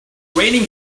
raining